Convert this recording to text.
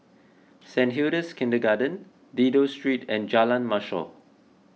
Saint Hilda's Kindergarten Dido Street and Jalan Mashor